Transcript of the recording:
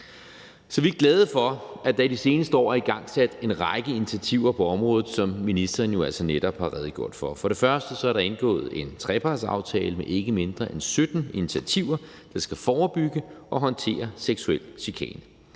Så vi er glade for, at der i de seneste år er igangsat en række initiativer på området, som ministeren jo altså netop har redegjort for. For det første er der indgået en trepartsaftale med ikke mindre end 17 initiativer, der skal forebygge og håndtere seksuel chikane.